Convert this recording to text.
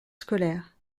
scolaires